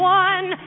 one